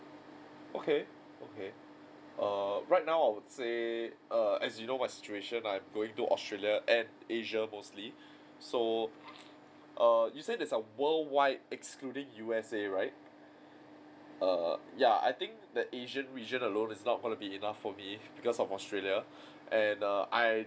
okay okay err right now I would say err as you know my situation I'm going to australia and asia mostly so err you say there's a worldwide excluding U_S_A right err ya I think that asia region alone it's not gonna be enough for me because of australia and err I